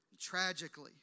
Tragically